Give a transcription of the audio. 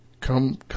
come